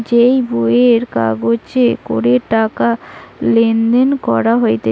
যে বইয়ের কাগজে করে টাকা লেনদেন করা যাইতেছে